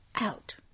out